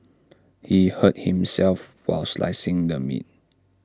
he hurt himself while slicing the meat